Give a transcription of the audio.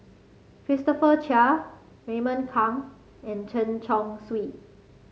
Christopher Chia Raymond Kang and Chen Chong Swee